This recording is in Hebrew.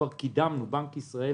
בנק ישראל